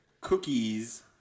Cookies